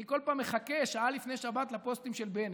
אני כל פעם מחכה שעה לפני שבת לפוסטים של בנט.